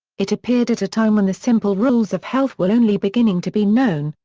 it appeared at a time when the simple rules of health were only beginning to be known,